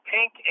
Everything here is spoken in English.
Pink